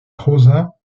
rosa